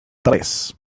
tres